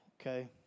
Okay